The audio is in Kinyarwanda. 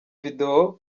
video